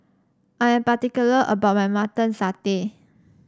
I am particular about my Mutton Satay